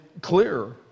clear